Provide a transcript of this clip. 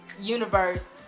universe